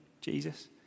Jesus